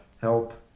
help